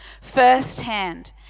firsthand